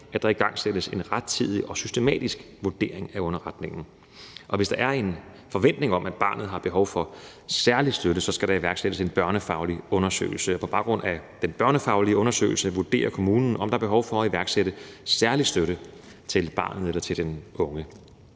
at der igangsættes en rettidig og systematisk vurdering af underretningen. Hvis der er en forventning om, at barnet har behov for særlig støtte, skal der iværksættes en børnefaglig undersøgelse. Og på baggrund af den børnefaglige undersøgelse vurderer kommunen, om der er behov for at iværksætte særlig støtte til barnet eller den unge.